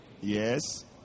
Yes